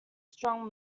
strong